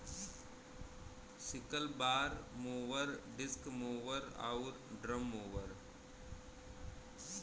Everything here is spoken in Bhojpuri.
sickle bar mower, disc mower आउर ड्रम मोवर